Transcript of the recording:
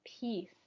peace